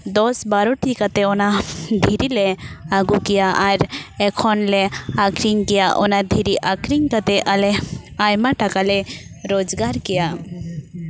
ᱫᱚᱥ ᱵᱟᱨᱚᱴᱤ ᱠᱟᱛᱮᱜ ᱚᱱᱟ ᱫᱷᱤᱨᱤᱞᱮ ᱟᱹᱜᱩ ᱠᱮᱭᱟ ᱟᱨ ᱮᱠᱷᱚᱱ ᱞᱮ ᱟᱹᱠᱷᱨᱤᱧ ᱠᱮᱭᱟ ᱚᱱᱟ ᱫᱷᱤᱨᱤ ᱟᱠᱷᱨᱤᱧ ᱠᱟᱛᱮᱜ ᱟᱞᱮ ᱟᱭᱢᱟ ᱴᱟᱠᱟᱞᱮ ᱨᱳᱡᱽᱜᱟᱨ ᱠᱮᱭᱟ